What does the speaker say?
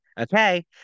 Okay